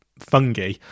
fungi